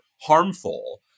harmful